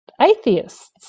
atheists